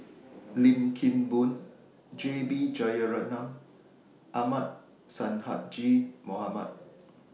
Lim Kim Boon J B Jeyaretnam and Ahmad Sonhadji Mohamad